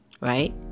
right